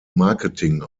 marketing